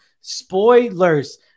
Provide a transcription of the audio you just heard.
Spoilers